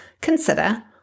consider